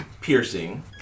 piercing